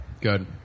good